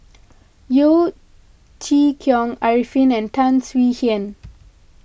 Yeo Chee Kiong Arifin and Tan Swie Hian